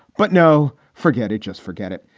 but no, forget it. just forget it.